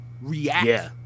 react